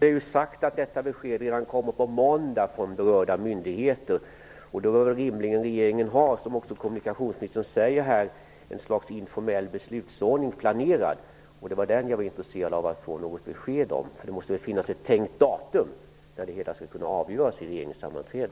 Fru talman! Statsministern har ju sagt att beskedet från berörda myndigheter skall komma redan på måndag. Då bör regeringen rimligen ha, vilket också kommunikationsministern säger, ett slags informell beslutsordning planerad. Det var den jag var intresserad av att få något besked om. Det måste väl finnas ett tänkt datum för när det hela skall kunna avgöras vid ett regeringssammanträde.